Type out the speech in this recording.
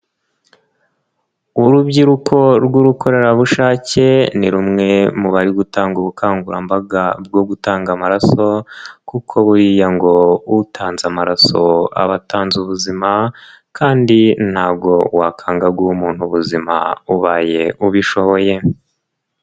Urubyiruko rw'ubukorerabushake ni rumwe mu bari gutanga ubukangurambaga bwo gutanga amaraso kuko buriya ngo utanze amaraso aba atanze ubuzima kandi ntabwo wakanga guha umuntu ubuzima, ubaye ubishoboye.